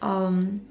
um